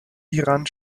hieran